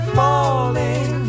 falling